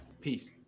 Peace